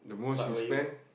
but where you